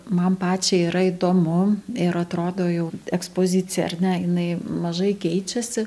man pačiai yra įdomu ir atrodo jau ekspozicija ar ne jinai mažai keičiasi